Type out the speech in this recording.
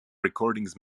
recordings